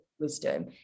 wisdom